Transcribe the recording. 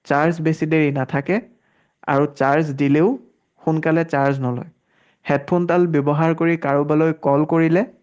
charge বেছি দেৰি নেথাকে আৰু চাৰ্জ দিলেও সোনকালে চাৰ্জ নলয় হেডফোনডাল ব্যৱহাৰ কৰি কাৰোবালৈ কল কৰিলে